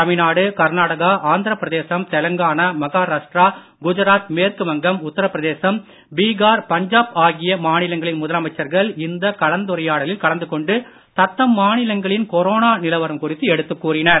தமிழ்நாடு கர்நாடகா ஆந்திர பிரதேசம் தெலுங்கானா மகாராஷ்டிரா குஜராத் மேற்கு வங்கம் உத்தரபிரதேசம் பீகார் பஞ்சாப் ஆகிய மாநிலங்களின் முதலமைச்சர்கள் இந்த கலந்துரையாடலில் கலந்து கொண்டு தத்தம் மாநிலங்களின் கொரோனா நிலவரம் குறித்து எடுத்துக் கூறினர்